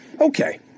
Okay